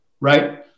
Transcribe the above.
right